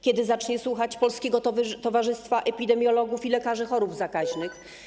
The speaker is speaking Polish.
Kiedy zacznie słuchać Polskiego Towarzystwa Epidemiologów i Lekarzy Chorób Zakaźnych?